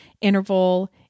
Interval